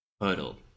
hurdle